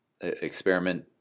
experiment